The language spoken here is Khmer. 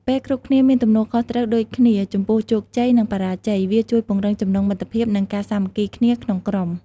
ពេលគ្រប់គ្នាមានទំនួលខុសត្រូវដូចគ្នាចំពោះជោគជ័យ និងបរាជ័យ វាជួយពង្រឹងចំណងមិត្តភាព និងការសាមគ្គីគ្នាក្នុងក្រុម។